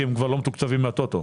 כי הם כבר לא מתוקצבים מהטוטו.